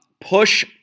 push